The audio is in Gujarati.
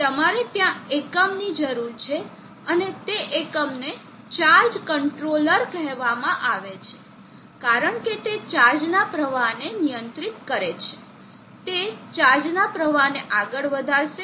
તેથી તમારે ત્યાં એકમની જરૂર છે અને તે એકમને ચાર્જ કંટ્રોલર કહેવામાં આવે છે કારણ કે તે ચાર્જ ના પ્રવાહને નિયંત્રિત કરે છે તે ચાર્જના પ્રવાહને આગળ વધારશે